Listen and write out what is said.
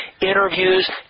interviews